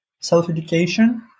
self-education